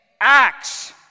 Acts